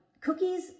cookies